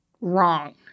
wrong